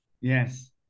yes